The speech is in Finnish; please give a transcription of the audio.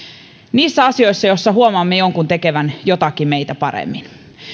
niissä asioissa joissa huomaamme jonkun tekevän jotakin meitä paremmin